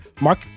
Mark